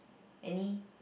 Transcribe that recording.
any